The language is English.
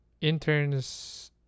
interns